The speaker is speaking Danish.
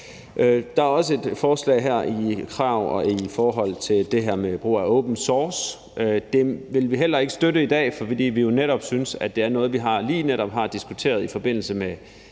Der er også et forslag om krav i forhold til det her med brugen af open source. Dem vil vi heller ikke støtte i dag, fordi vi synes, at det lige netop er noget, vi har diskuteret i forbindelse med